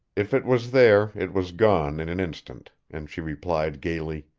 if it was there it was gone in an instant, and she replied gaily